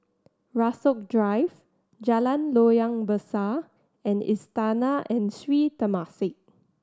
Rasok Drive Jalan Loyang Besar and Istana and Sri Temasek